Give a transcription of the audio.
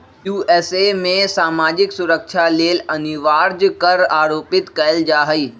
USA में सामाजिक सुरक्षा लेल अनिवार्ज कर आरोपित कएल जा हइ